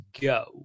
go